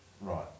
Right